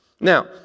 Now